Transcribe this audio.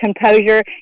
composure